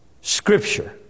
scripture